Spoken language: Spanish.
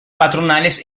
patronales